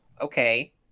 okay